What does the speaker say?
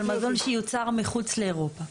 על מזון שיוצר מחוץ לאירופה.